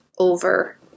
over